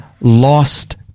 lost